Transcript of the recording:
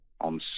on